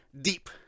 deep